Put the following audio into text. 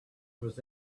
was